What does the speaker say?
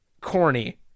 corny